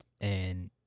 and-